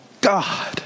God